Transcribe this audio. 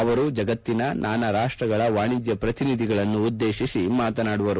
ಅವರು ಜಗತ್ತಿನ ನಾನಾ ರಾಷ್ಸಗಳ ವಾಣಿಜ್ಞ ಪ್ರತಿನಿಧಿಗಳನ್ನು ಉದ್ದೇಶಿಸಿ ಮಾತನಾಡುವರು